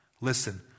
Listen